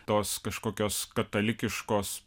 tos kažkokios katalikiškos